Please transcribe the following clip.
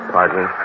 Pardon